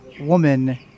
woman